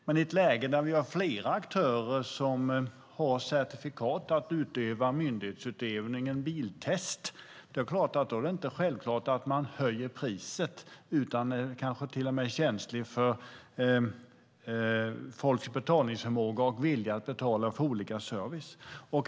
Men i ett läge där vi har flera aktörer som har certifikat för att utöva myndighetsutövningen biltest är det inte självklart att man höjer priset, utan man kanske till och med är känslig för folks betalningsförmåga och vilja att betala för olika service.